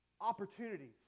Opportunities